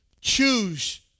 Choose